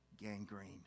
gangrene